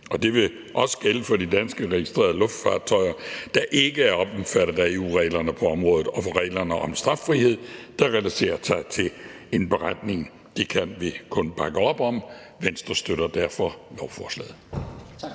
og det vil også gælde for de danskregistrerede luftfartøjer, der ikke er omfattet af EU-reglerne på området og af reglerne om straffrihed, der relaterer sig til indberetning. Det kan vi kun bakke op om, så Venstre støtter derfor lovforslaget.